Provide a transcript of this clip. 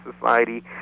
society